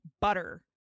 butter